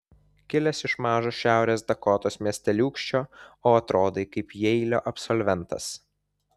kilęs iš mažo šiaurės dakotos miesteliūkščio o atrodai kaip jeilio absolventas